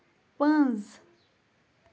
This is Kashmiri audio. پٔنزۍ